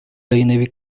yayınevi